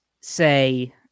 say